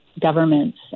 governments